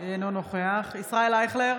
ישראל אייכלר,